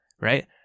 right